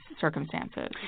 circumstances